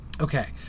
Okay